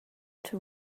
two